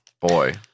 Boy